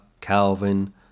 Calvin